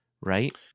right